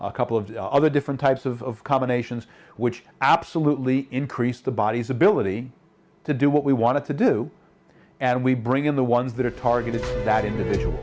a couple of other different types of combinations which absolutely increase the body's ability to do what we wanted to do and we bring in the ones that are targeted to that individual